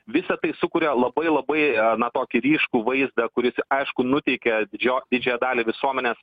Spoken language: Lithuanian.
visa tai sukuria labai labai a na tokį ryškų vaizdą kuris aišku nuteikia džio didžiąją dalį visuomenės